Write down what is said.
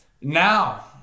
Now